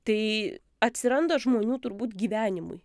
tai atsiranda žmonių turbūt gyvenimui